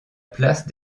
place